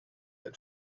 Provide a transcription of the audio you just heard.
had